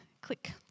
click